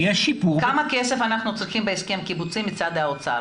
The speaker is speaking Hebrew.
כמה כסף אנחנו צריכים בהסכם הקיבוצי מצד האוצר?